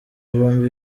bombi